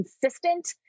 consistent